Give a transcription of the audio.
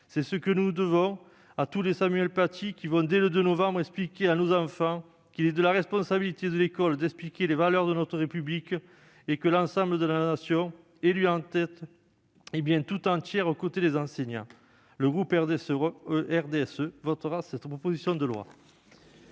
C'est ce que nous devons à tous les Samuel Paty qui vont, dès le 2 novembre prochain, dire à nos enfants qu'il est de la responsabilité de l'école d'expliquer les valeurs de notre République et que la Nation, élus en tête, est tout entière aux côtés des enseignants. Le groupe du RDSE votera cette proposition de loi.